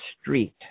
street